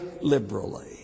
liberally